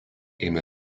ėmė